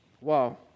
wow